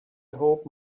hope